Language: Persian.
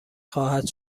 خواهد